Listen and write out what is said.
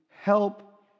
help